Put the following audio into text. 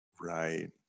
Right